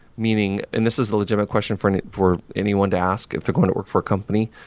meaning and this is a legitimate question for and for anyone to ask if they're going to work for a company,